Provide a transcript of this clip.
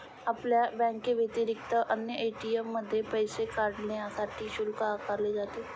आपल्या बँकेव्यतिरिक्त अन्य ए.टी.एम मधून पैसे काढण्यासाठी शुल्क आकारले जाते